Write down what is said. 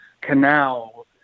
canals